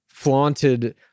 flaunted